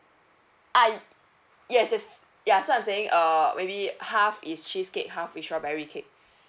ah yes yes ya so I'm saying uh maybe half is cheesecake half is strawberry cake